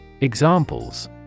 Examples